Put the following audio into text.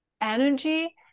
energy